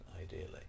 ideally